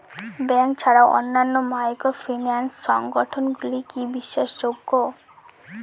Bank ছাড়া অন্যান্য microfinance সংগঠন গুলি কি বিশ্বাসযোগ্য?